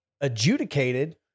adjudicated